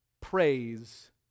Praise